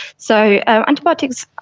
so antibiotics,